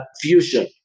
fusion